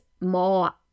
more